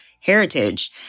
heritage